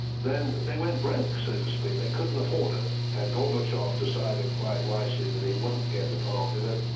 then they went broke, so to speak, they couldn't afford it and gorbachev decided quite wisely that he wouldn't get involved in it,